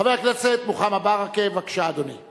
חבר הכנסת מוחמד ברכה, בבקשה, אדוני.